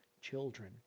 children